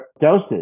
doses